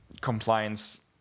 compliance